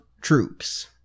troops